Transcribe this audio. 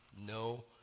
no